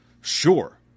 Sure